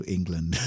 England